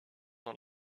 dans